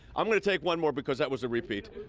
i'm going to take one more because that was a repeat.